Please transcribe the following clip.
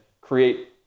create